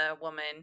woman